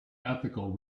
ethical